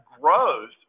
growth